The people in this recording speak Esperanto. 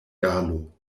galo